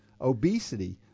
Obesity